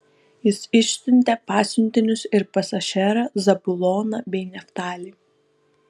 jis išsiuntė pasiuntinius ir pas ašerą zabuloną bei neftalį